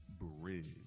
bridge